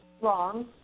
wrong